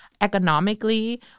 economically